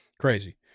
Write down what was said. Crazy